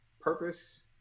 purpose